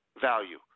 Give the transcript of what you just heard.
value